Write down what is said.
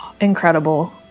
Incredible